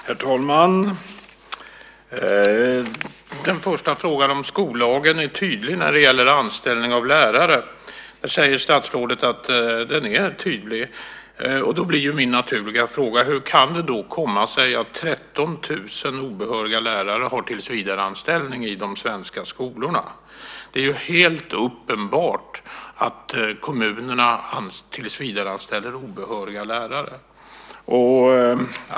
Herr talman! När det gäller den första frågan, om skollagen är tydlig när det gäller anställning av lärare, säger statsrådet att den är tydlig. Då blir min naturliga fråga: Hur kan det då komma sig att 13 000 obehöriga lärare har tillsvidareanställning i de svenska skolorna? Det är ju helt uppenbart att kommunerna tillsvidareanställer obehöriga lärare.